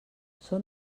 són